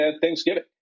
Thanksgiving